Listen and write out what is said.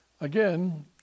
again